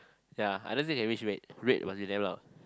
ya I don't think it can reach red red must be damn loud